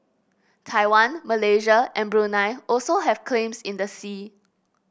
Taiwan Malaysia and Brunei also have claims in the sea